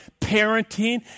parenting